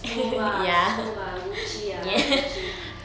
smooth ah smooth ah gucci ah gucci